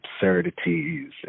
absurdities